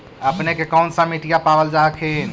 अपने के कौन सा मिट्टीया पाबल जा हखिन?